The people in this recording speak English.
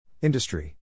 Industry